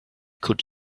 could